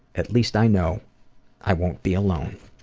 at least i know i won't be alone.